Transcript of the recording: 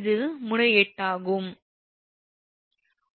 இது முனை 8 ஆகும்